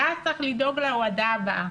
ואז צריך לדאוג להורדה הבאה.